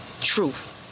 truth